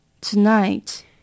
Tonight